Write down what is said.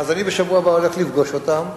בשבוע הבא אני הולך לפגוש אותם.